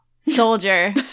soldier